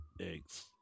eggs